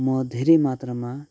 म धेरै मात्रामा